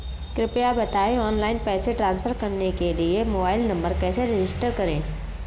कृपया बताएं ऑनलाइन पैसे ट्रांसफर करने के लिए मोबाइल नंबर कैसे रजिस्टर करें?